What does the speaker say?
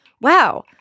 wow